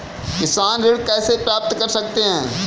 किसान ऋण कैसे प्राप्त कर सकते हैं?